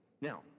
Now